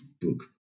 book